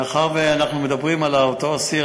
מאחר שאנחנו מדברים על אותו אסיר,